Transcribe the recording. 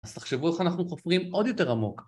אז תחשבו איך אנחנו חופרים עוד יותר עמוק